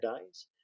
days